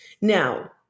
Now